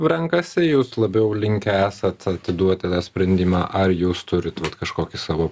renkasi jus labiau linkę esat atiduoti tą sprendimą ar jūs turit vat rasti kažkokį savo